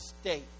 state